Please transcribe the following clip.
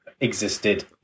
existed